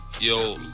yo